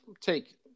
take